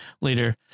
later